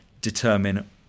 determine